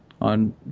On